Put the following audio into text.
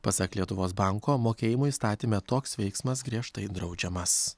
pasak lietuvos banko mokėjimų įstatyme toks veiksmas griežtai draudžiamas